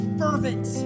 fervent